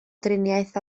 driniaeth